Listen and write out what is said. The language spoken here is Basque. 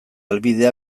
helbidea